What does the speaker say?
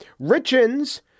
richens